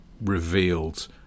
revealed